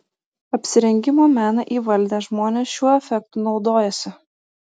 apsirengimo meną įvaldę žmonės šiuo efektu naudojasi